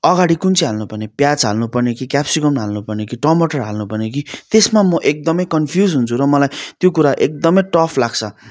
अघाडि कुन चाहिँ हाल्नु पर्ने प्याज हाल्नु पर्ने कि क्याप्सिकम हाल्नु पर्ने कि टमाटर हाल्नु पर्ने कि त्यसमा म एकदमै कन्फ्युज हुन्छु र मलाई त्यो कुरा एकदमै टफ लाग्छ